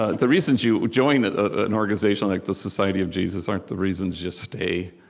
ah the reasons you join an organization like the society of jesus aren't the reasons you stay.